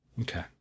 Okay